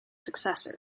successor